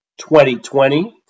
2020